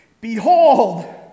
Behold